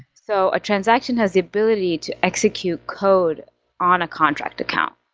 so a transaction has the ability to execute code on a contract account,